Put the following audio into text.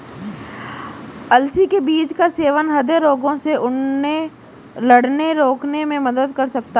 अलसी के बीज का सेवन हृदय रोगों से लड़ने रोकने में मदद कर सकता है